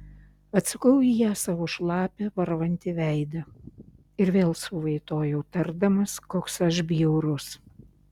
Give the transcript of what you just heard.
atsukau į ją savo šlapią varvantį veidą ir vėl suvaitojau tardamas koks aš bjaurus